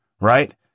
right